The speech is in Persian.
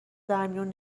درمیون